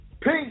Peace